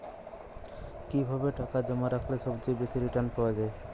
কিভাবে টাকা জমা রাখলে সবচেয়ে বেশি রির্টান পাওয়া য়ায়?